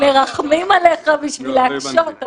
--- מרחמים עלייך בשביל להקשות.